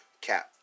Cap